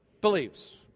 Believes